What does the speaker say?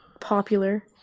popular